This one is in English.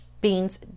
beans